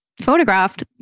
photographed